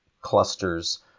clusters